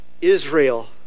Israel